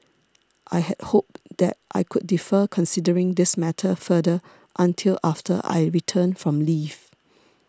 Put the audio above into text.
I had hoped that I could defer considering this matter further until after I return from leave